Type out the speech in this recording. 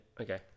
okay